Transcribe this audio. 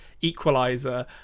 Equalizer